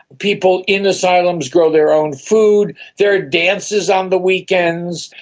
people in asylums grow their own food, there are dances on the weekends.